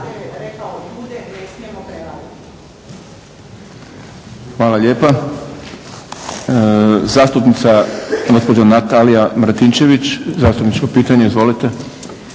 Hvala lijepa. Zastupnica gospođa Natalija Martinčević, zastupničko pitanje. Izvolite.